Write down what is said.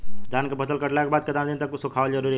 धान के फसल कटला के बाद केतना दिन तक सुखावल जरूरी बा?